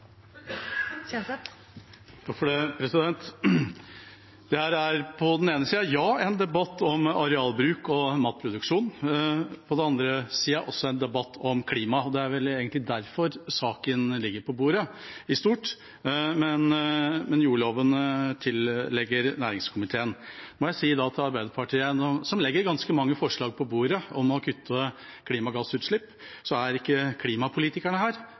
på den ene siden en debatt om arealbruk og matproduksjon, og på den andre siden er det en debatt om klima. Det er vel egentlig derfor saken ligger på bordet, men jordloven ligger til næringskomiteen. Jeg må si at Arbeiderpartiet legger ganske mange forslag om å kutte klimagassutslipp på bordet, men så er ikke klimapolitikerne her.